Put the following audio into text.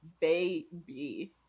baby